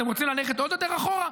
אתם רוצים ללכת עוד יותר אחורה?